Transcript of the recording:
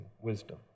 wisdom